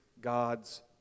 God's